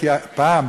כי פעם,